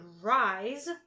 Rise